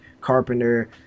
Carpenter